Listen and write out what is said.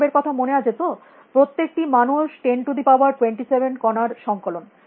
মানবের কথা মনে আছে তো প্রত্যেকটি মানুষ 1027 কণার সংকলন